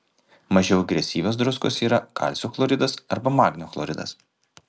mažiau agresyvios druskos yra kalcio chloridas arba magnio chloridas